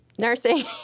nursing